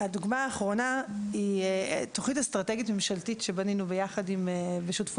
הדוגמה האחרונה היא תוכנית אסטרטגית ממשלתית שבנינו בשותפות